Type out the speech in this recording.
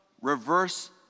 reverse